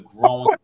growing